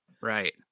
Right